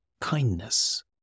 kindness